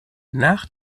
nach